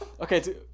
Okay